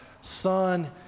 son